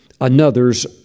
another's